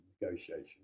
negotiation